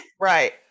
Right